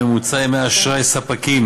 ממוצע ימי אשראי ספקים